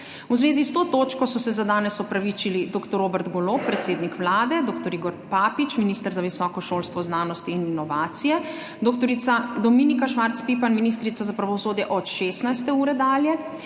V zvezi s to točko so se za danes opravičili: dr. Robert Golob, predsednik Vlade, dr. Igor Papič, minister za visoko šolstvo, znanost in inovacije, dr. Dominika Švarc Pipan, ministrica za pravosodje, od 16. ure dalje,